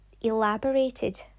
elaborated